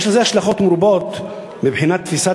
יש לזה השלכות מרובות מבחינת תפיסת